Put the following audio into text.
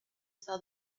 saw